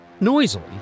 Noisily